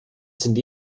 sind